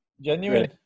genuine